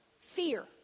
fear